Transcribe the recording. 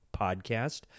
Podcast